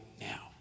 now